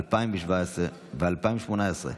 2017 ו-2018)